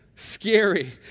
scary